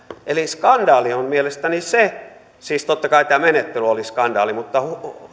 eli skandaali on mielestäni se siis totta kai tämä menettely oli skandaali mutta